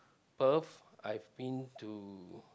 Perth I've been to